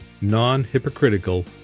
non-hypocritical